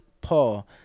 Paul